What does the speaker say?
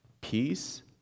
peace